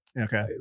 okay